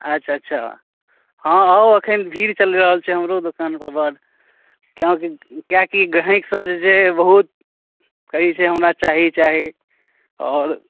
अच्छा अच्छा हँ आउ एखन भीड़ चलि रहल छै हमरो दोकानपर बड़ कियाकि कियाकि गाहकसब जे बहुत कहै छै हमरा चाही चाही आओर